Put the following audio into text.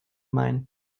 main